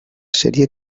sèrie